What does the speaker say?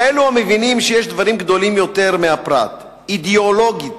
כאלו המבינים שיש דברים גדולים יותר מהפרט: אידיאולוגיה,